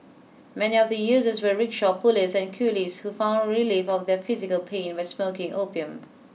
many of the users were rickshaw pullers and coolies who found relief of their physical pain by smoking opium